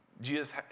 Jesus